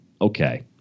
okay